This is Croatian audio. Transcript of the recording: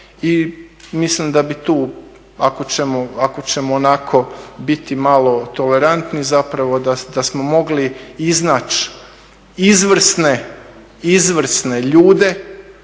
mislim da bi tu, ako ćemo onako biti malo tolerantni, zapravo da smo mogli iznaći izvrsne ljude,